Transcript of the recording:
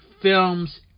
films